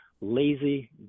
lazy